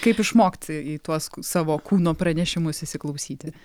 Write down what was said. kaip išmokt į tuos savo kūno pranešimus įsiklausyti